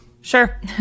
Sure